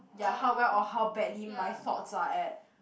ya how well or how badly my thoughts are at